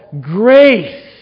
grace